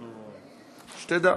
שתדע.